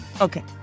Okay